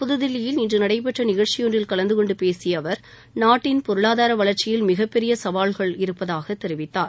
புதுதில்லியில் இன்று நடைபெற்ற நிகழ்ச்சியொன்றில் கலந்து கொண்டு பேசிய அவர் நாட்டின் பொருளாதார வளர்ச்சியில் மிகப்பெரிய சவால்கள் இருப்பதாக தெரிவித்தார்